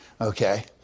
Okay